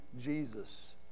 Jesus